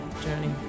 journey